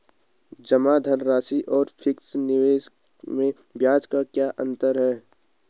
जमा धनराशि और फिक्स निवेश में ब्याज का क्या अंतर है?